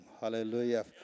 Hallelujah